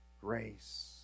grace